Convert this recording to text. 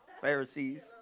Pharisees